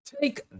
take